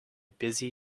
busy